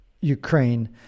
Ukraine